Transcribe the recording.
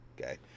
okay